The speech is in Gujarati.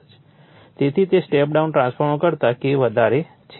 તેથી તે સ્ટેપ ડાઉન ટ્રાન્સફોર્મર કરતાં K વધારે છે